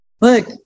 look